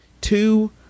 two